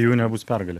jų nebus pergalės